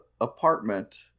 apartment